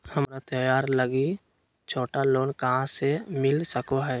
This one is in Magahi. हमरा त्योहार लागि छोटा लोन कहाँ से मिल सको हइ?